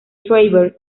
travers